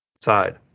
side